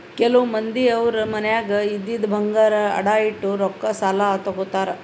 ಕೆಲವ್ ಮಂದಿ ಅವ್ರ್ ಮನ್ಯಾಗ್ ಇದ್ದಿದ್ ಬಂಗಾರ್ ಅಡ ಇಟ್ಟು ರೊಕ್ಕಾ ಸಾಲ ತಗೋತಾರ್